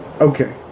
Okay